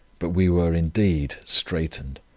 but we were indeed straitened.